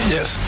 Yes